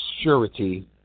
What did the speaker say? surety